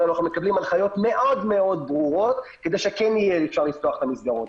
ואנחנו מקבלים הנחיות מאוד ברורות כדי שכן יהיה אפשר לפתוח את המסגרות.